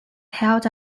held